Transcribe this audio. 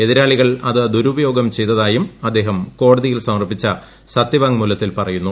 എതിരാളികൾ അത് ദുരുപയോഗം ചെയ്തതായും അദ്ദേഹം കോടതിയിൽ സമർപ്പിച്ച സത്യവാങ്മൂലത്തിൽ പറയുന്നു